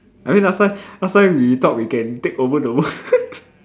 I mean last time last time we thought we can take over the world